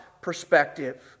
perspective